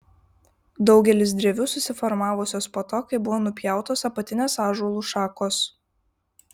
daugelis drevių susiformavusios po to kai buvo nupjautos apatinės ąžuolų šakos